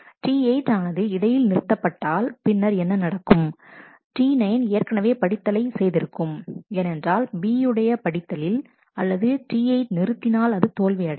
T8 ஆனது இடையில் நிறுத்தப்பட்டால் பின்னர் என்ன நடக்கும் T9 ஏற்கனவே படித்தலை செய்திருக்கும் ஏனென்றால் B உடைய படித்ததில் அல்லதுT8 நிறுத்தினால் அது தோல்வியடையும்